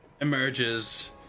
emerges